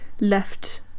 left